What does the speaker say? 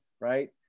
right